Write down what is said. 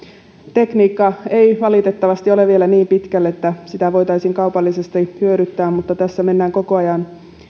tekniikka ei valitettavasti vielä ole niin pitkällä että sitä voitaisiin kaupallisesti hyödyntää mutta tässä mennään koko ajan